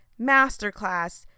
masterclass